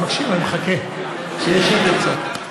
אני מקשיב, אני מחכה שיהיה שקט קצת.